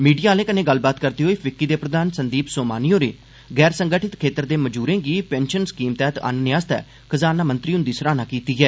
media आह्लें कन्नै गल्लबात करदे होई फिक्की दे प्रधान संदीप सोमानी होरें असंगठित खेत्तर दे मजूरें गी पैंषन स्कीम तैह्त आह्नने लेई खजाना मंत्री हुंदी सराह्ना कीती ऐ